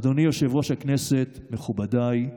אדוני יושב-ראש הכנסת, מכובדיי,